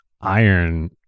iron